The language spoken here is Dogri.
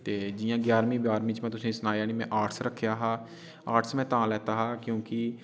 ते जि'यां ग्याहरवी बाहरमीं च में तुसेंगी सनाया नि में आर्ट्स रक्खेआ हा आर्ट्स में तां लैत्ता हा क्योंकि